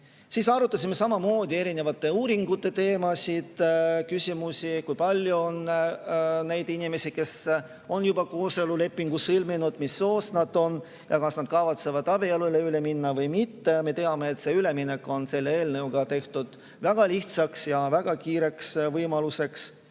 mitte. Arutasime samamoodi erinevate uuringute teemasid. Oli küsimusi, kui palju on neid inimesi, kes on juba kooselulepingu sõlminud, mis soost nad on ja kas nad kavatsevad abielule üle minna või mitte. Me teame, et see üleminek on selle eelnõu kohaselt tehtud väga lihtsaks ja [soovi korral] väga kiireks.